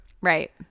Right